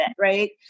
Right